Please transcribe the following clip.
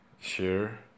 share